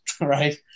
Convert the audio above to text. right